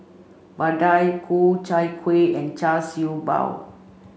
Vadai Ku Chai Kuih and Char Siew Bao